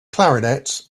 clarinets